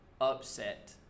upset